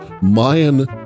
Mayan